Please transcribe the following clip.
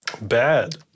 Bad